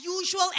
usual